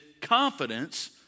confidence